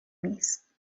نیست